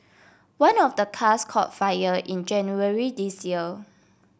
one of the cars caught fire in January this year